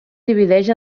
divideix